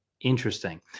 interesting